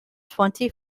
twenty